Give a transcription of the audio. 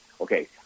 okay